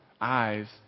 eyes